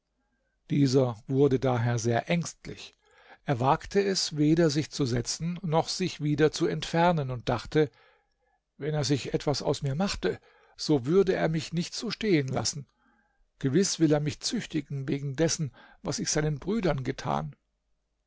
dieser wurde daher sehr ängstlich er wagte es weder sich zu setzen noch sich wieder zu entfernen und dachte wenn er sich etwas aus mir machte so würde er mich nicht so stehen lassen gewiß will er mich züchtigen wegen dessen was ich seinen brüdern getan